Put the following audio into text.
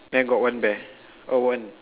then got one bear oh one